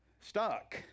stuck